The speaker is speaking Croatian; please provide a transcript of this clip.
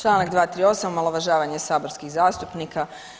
Čl. 238. omalovažavanje saborskih zastupnika.